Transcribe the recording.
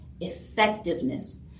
effectiveness